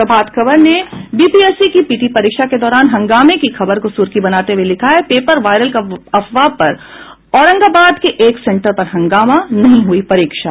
प्रभात खबर ने बीपीएससी की पीटी परीक्षा के दौरान हंगामे की खबर को सुर्खी बनाते हुये लिखा है पेपर वायरल की अफवाह पर औरंगाबाद के एक सेंटर पर हंगामा नहीं हुई परीक्षा